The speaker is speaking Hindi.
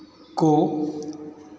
को